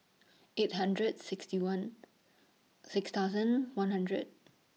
eight thousand sixty one six thousand one hundred